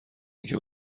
اینکه